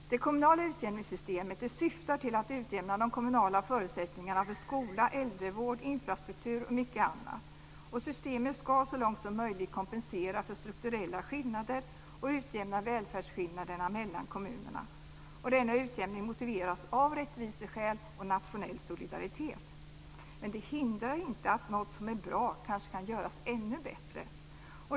Det kommunala skatteutjämningssystemet syftar till att utjämna de kommunala förutsättningarna för skola, äldrevård, infrastruktur och mycket annat. Systemet ska så långt som möjligt kompensera för strukturella skillnader och utjämna välfärdsskillnaderna mellan kommunerna. Denna utjämning motiveras av rättviseskäl och nationell solidaritet. Det hindrar inte att något som är bra kanske kan göras ännu bättre.